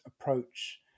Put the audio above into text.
approach